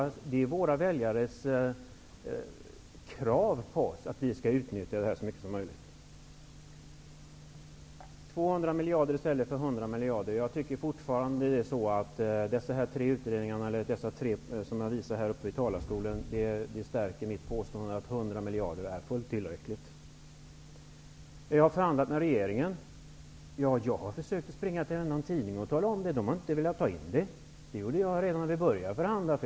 Det är faktiskt ett krav från våra väljare att vi skall göra det. Sedan talas det om 200 miljarder i stället för 100 miljarder. Jag tycker fortfarande att de utredningar som jag har talat om här i talarstolen styrker mitt påstående att 100 miljarder är fullt tillräckligt. Vidare sägs det att jag har förhandlat med regeringen. Ja, jag har försökt att få med i varenda tidning att jag har gjort det, men man har inte velat ta med det. Det här gjorde jag redan i början av förhandlingarna.